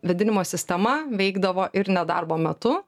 vėdinimo sistema veikdavo ir nedarbo metu